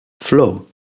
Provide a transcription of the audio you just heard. flow